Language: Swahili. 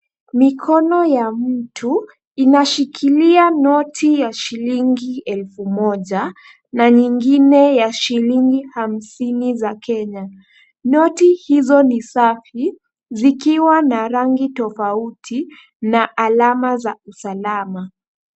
Mikono ya mtu inashikilia noti ya shilingi elfu moja na nyingine ya shilingi hamsini za Kenya. Noti hizo ni safi zikiwa na rangi tofauti na alama za usalama.